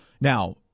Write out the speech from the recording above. Now